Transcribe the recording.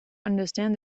understand